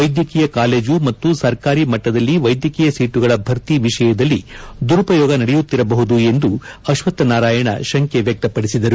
ವೈದ್ಯಕೀಯ ಕಾಲೇಜು ಮತ್ತು ಸರ್ಕಾರಿ ಮಟ್ಟದಲ್ಲಿ ವೈದ್ಯಕೀಯ ಸೀಟುಗಳ ಭರ್ತಿ ವಿಷಯದಲ್ಲಿ ದುರುಪಯೋಗ ನಡೆಯುತ್ತಿರಬಹುದು ಎಂದು ಅಶ್ವಕ್ಥನಾರಾಯಣ ಶಂಕೆ ವ್ಯಕ್ತಪಡಿಸಿದರು